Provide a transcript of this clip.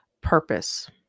purpose